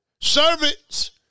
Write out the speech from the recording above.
Servants